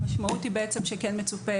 המשמעות היא בעצם שכן מצופה,